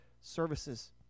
services